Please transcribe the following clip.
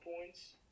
points